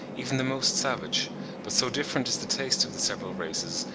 even the most savage but so different is the taste of the several races,